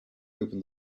open